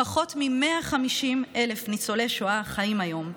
פחות מ-150,000 ניצולי שואה חיים היום,